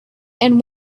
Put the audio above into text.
and